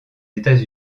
états